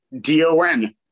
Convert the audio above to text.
D-O-N